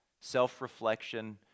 self-reflection